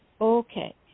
Okay